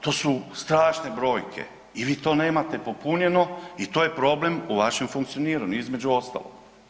To su strašne brojke i vi to nemate popunjeno i to je problem u vašem funkcioniranju između ostalog.